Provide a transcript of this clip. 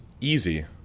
easy